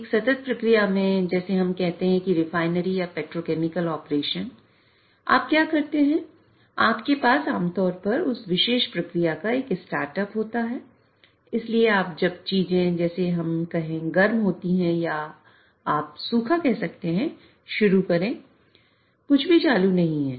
एक सतत प्रक्रिया है